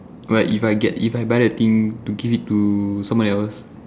like if I get if I buy the thing to give it to someone else